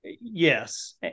Yes